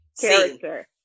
Character